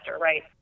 right